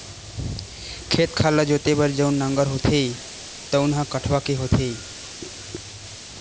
खेत खार ल जोते बर जउन नांगर होथे तउन ह कठवा के होथे